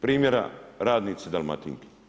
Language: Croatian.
Primjera, radnici Dalmatinke.